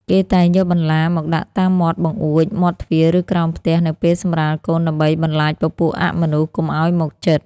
គេតែងយកបន្លាមកដាក់តាមមាត់បង្អួចមាត់ទ្វាឬក្រោមផ្ទះនៅពេលសម្រាលកូនដើម្បីបន្លាចពពួកអមនុស្សកុំឲ្យមកជិត